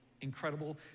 incredible